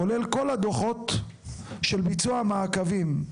כולל כל הדוחות של ביצוע מעקבים.